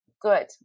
Good